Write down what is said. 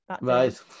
right